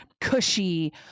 cushy